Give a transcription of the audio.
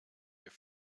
your